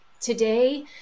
today